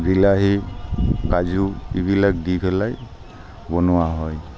বিলাহী কাজু এইবিলাক দি পেলাই বনোৱা হয়